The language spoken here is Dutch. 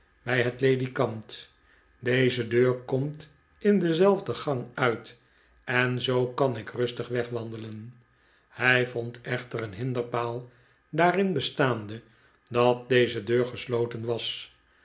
bij het ledikant deze deur komt in dezelfde gang uit en zoo kan ik rustig wegwandelen hij vond echter een hinderpaal daarin bestaande dat deze deur gesloten was